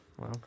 Wow